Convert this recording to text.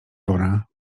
wora